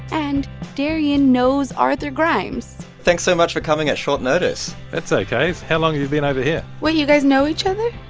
and darian knows arthur grimes thanks so much for coming at short notice that's ok. how long have you been over here? wait you guys know each other?